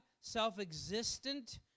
self-existent